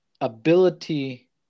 ability